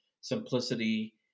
simplicity